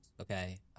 okay